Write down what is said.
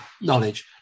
knowledge